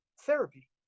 therapy